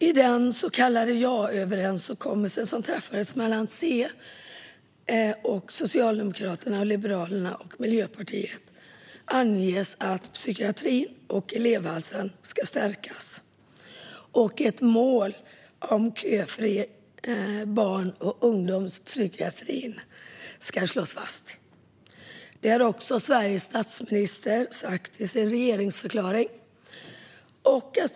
I den överenskommelse som träffades mellan Centerpartiet, Socialdemokraterna, Liberalerna och Miljöpartiet anges att psykiatrin och elevhälsan ska stärkas och att ett mål om köfri barn och ungdomspsykiatri ska slås fast. Detta har också Sveriges statsminister sagt i sin regeringsförklaring.